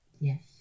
Yes